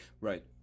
right